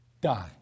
die